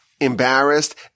embarrassed